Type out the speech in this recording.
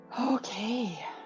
Okay